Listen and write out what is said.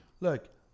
Look